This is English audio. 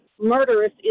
murderous